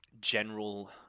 general